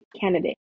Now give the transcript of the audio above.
candidate